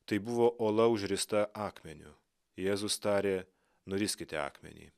tai buvo ola užrista akmeniu jėzus tarė nuriskite akmenį